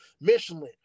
Michelin